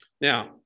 Now